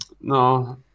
No